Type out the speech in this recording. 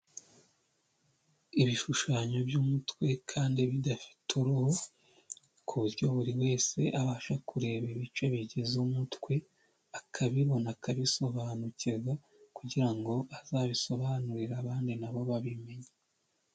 Ibishushanyo by'umutwe kandi bidafite uruhu, ku buryo buri wese abasha kureba ibice bigize umutwe, akabibona akabisobanukirwa kugira ngo azabisobanurire abandi na bo babimenye.